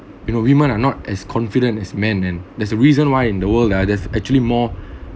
you know women are not as confident as men and there's a reason why in the world there're there's actually more